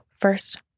first